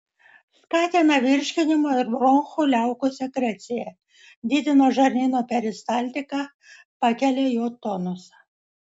skatina virškinimo ir bronchų liaukų sekreciją didina žarnyno peristaltiką pakelia jo tonusą